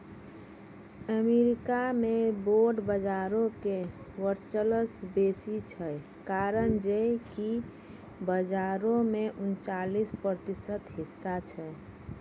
America मे bond बजारो के वर्चस्व बेसी छै, कारण जे कि बजारो मे उनचालिस प्रतिशत हिस्सा छै